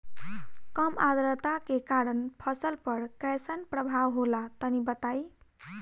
कम आद्रता के कारण फसल पर कैसन प्रभाव होला तनी बताई?